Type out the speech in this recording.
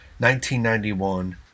1991